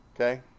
Okay